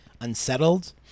unsettled